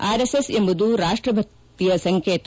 RSS ಎಂಬುದು ರಾಷ್ಷಭಕ್ತಿಯ ಸಂಕೇತ